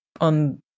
on